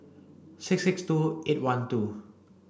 six six two eight one two